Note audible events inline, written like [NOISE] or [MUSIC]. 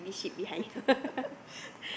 [LAUGHS]